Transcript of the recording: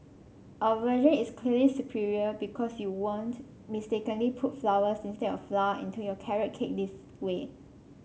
our version is clearly superior because you won't mistakenly put flowers instead of flour into your carrot cake this way